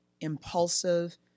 impulsive